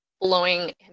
blowing